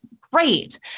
Great